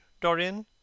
Dorian